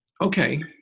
okay